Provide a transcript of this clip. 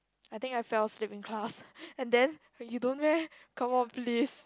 I think I fell asleep in class and then you don't meh come on please